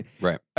Right